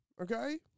okay